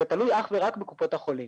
זה תלוי אך ורק בקופות החולים'.